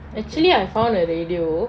actually I found a radio